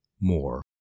more